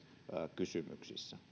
kysymyksissä